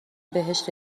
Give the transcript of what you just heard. بهش